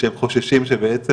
שהם חוששים בעצם,